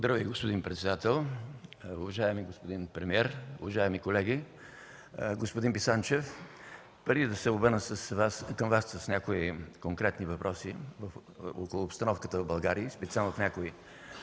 Ви, господин председател. Уважаеми господин премиер, уважаеми колеги! Господин Писанчев, преди да се обърна към Вас с някои конкретни въпроси за обстановката в България и специално за някои,